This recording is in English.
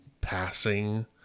passing